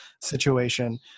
situation